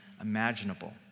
imaginable